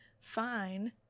fine